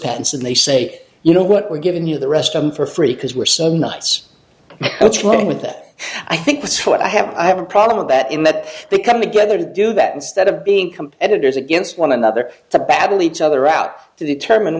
patents and they say you know what we're giving you the rest i'm for free because we're so nice what's wrong with that i think that's what i have i have a problem with that in that they come together to do that instead of being competitors against one another to battle each other out to determine